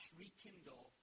rekindle